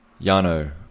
Yano